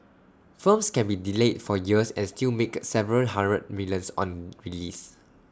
films can be delayed for years and still make A several hundred millions on release